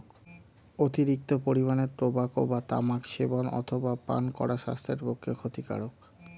অতিরিক্ত পরিমাণে টোবাকো বা তামাক সেবন অথবা পান করা স্বাস্থ্যের পক্ষে ক্ষতিকারক